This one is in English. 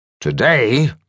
today